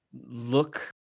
look